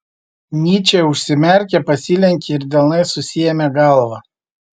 nyčė užsimerkė pasilenkė ir delnais susiėmė galvą